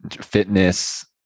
fitness